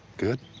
good?